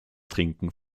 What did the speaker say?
trinken